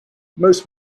most